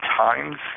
times